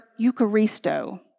eucharisto